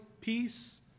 peace